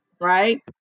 right